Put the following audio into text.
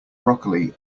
broccoli